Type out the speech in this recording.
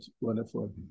Wonderful